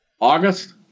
August